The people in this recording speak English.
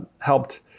helped